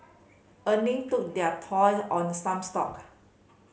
earning took their toll on some stock